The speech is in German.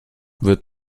wird